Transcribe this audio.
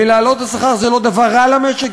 ולהעלות את השכר זה לא דבר רע למשק,